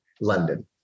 london